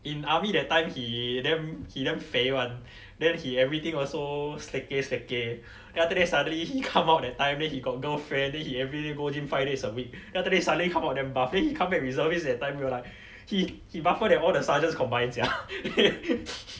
in army that time he damn he damn 肥 [one] then he everything also slacky slacky then after that suddenly he come out that time then he got girlfriend then he everyday go gym five days a week then after that suddenly come out damn buff then he come back reservists that time we were like he he buffer than all the sergeants combines sia